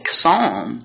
psalm